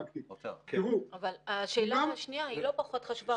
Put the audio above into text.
אבל השאלה השנייה היא לא פחות חשובה.